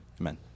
Amen